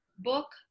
Book